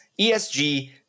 ESG